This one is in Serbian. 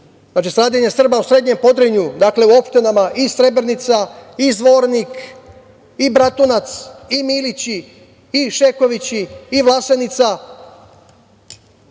znači stradanje Srba u srednjem Podrinju, dakle u opštinama i Srebrenica, i Zvornik, i Bratunac, i Milići, i Šekovići, i Vlasenica